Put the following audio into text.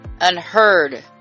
unheard